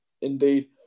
indeed